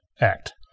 Act